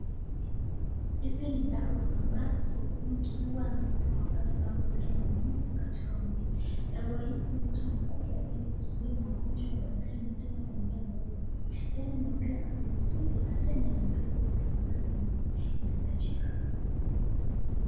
Hizi ni dawa ambazo mtu huwa anakula wakati anaposikia maumivu katika mwili, dawa hizi mtu anakula ili kuzuia maugonjwa ya baadaye na tena kumpea nguvu, tena inampea afya nzuri na tena inampea ngozi ambayo inahitajika.